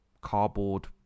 cardboard